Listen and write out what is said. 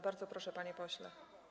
Bardzo proszę, panie pośle.